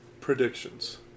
Predictions